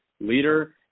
leader